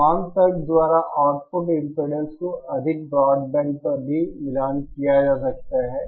समान तर्क द्वारा आउटपुट इंपीडेंस को अधिक ब्रॉडबैंड पर भी मिलान किया जा सकता है